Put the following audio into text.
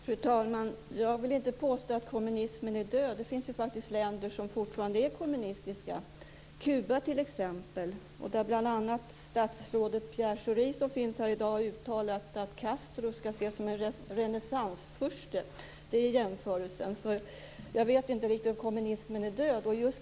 Fru talman! Jag vill inte påstå att kommunismen är död. Det finns ju faktiskt länder som fortfarande är kommunistiska, t.ex. Kuba. Statsrådet Pierre Schori, som finns här i kammaren i dag, har ju i det sammanhanget uttalat att Castro skall ses som en renässansfurste. Jag vet inte på vilket sätt kommunismen skulle vara död.